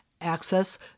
access